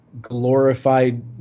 glorified